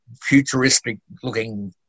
futuristic-looking